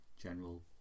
general